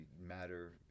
matter